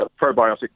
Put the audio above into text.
probiotic